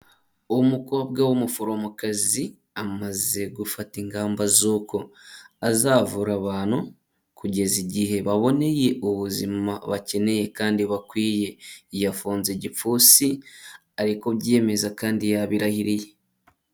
Umukobwa w'umuforomokazi amaze gufata ingamba, zuko azavura abantu kugeza igihe baboneye ubuzima bakeneye kandi bakwiye, yafunze igipfunsi ari kubyeyemeza kandi yabirahiriye.